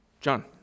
John